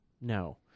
no